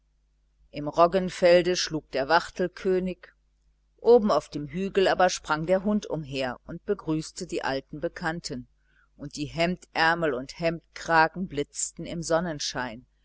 im roggenfelde schlug der wachtelkönig oben auf dem hügel aber sprang der hund umher und begrüßte die alten bekannten und die hemdärmel und hemdkragen blitzten im sonnenschein